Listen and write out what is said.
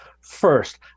first